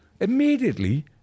immediately